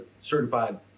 certified